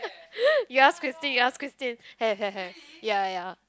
you ask Christine you ask Christine have have have ya ya